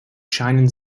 scheinen